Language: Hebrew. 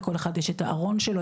לכל אחד יש את הארון שלו,